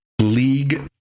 league